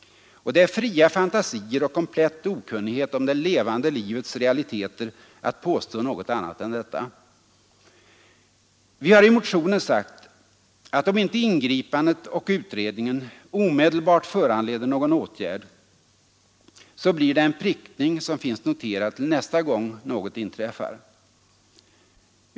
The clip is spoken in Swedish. Det är fria fantasier och komplett okunnighet om det levande livets realiteter att påstå något annåt. Vi har i motionen sagt att om inte ingripandet och utredningen omedelbart föranleder någon åtgärd, så blir det en prickning som finns noterad till nästa gång något inträffar.